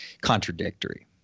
contradictory